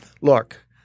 look